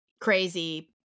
crazy